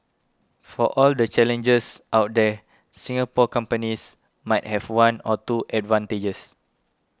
for all the challenges out there Singapore companies might have one or two advantages